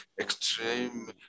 extreme